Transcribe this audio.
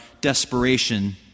desperation